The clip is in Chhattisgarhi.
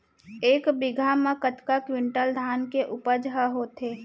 एक बीघा म कतका क्विंटल धान के उपज ह होथे?